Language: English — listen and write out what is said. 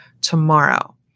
tomorrow